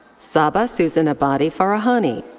saba susanabadi farahani.